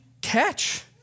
catch